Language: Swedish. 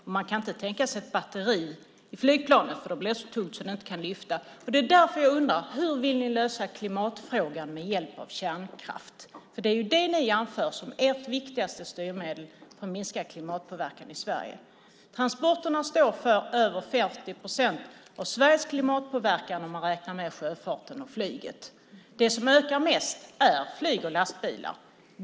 Och man kan inte tänka sig ett batteri i flygplanet för då blir det så tungt att det inte kan lyfta. Det är därför jag undrar hur ni vill lösa klimatfrågan med hjälp av kärnkraft. Det är ju det ni anför som ert viktigaste styrmedel för att minska klimatpåverkan i Sverige. Transporterna står för över 40 procent av Sveriges klimatpåverkan om man räknar med sjöfarten och flyget. Det som ökar mest är flyg och lastbilar.